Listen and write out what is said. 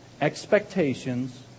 Expectations